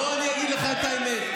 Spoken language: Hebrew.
ובוא אני אגיד לך את האמת.